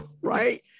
right